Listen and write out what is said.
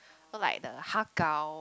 so like the har-gow@